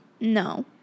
No